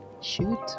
shoot